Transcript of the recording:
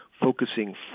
focusing